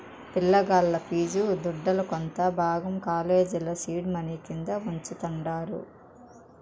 పిలగాల్ల ఫీజు దుడ్డుల కొంత భాగం కాలేజీల సీడ్ మనీ కింద వుంచతండారు